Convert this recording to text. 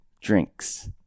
drinks